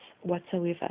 whatsoever